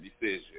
decision